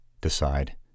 Decide